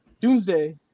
Doomsday